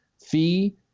fee